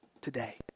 Today